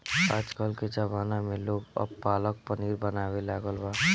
आजकल के ज़माना में लोग अब पालक पनीर बनावे लागल बा